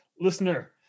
Listener